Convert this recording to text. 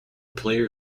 player